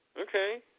Okay